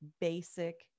basic